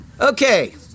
Okay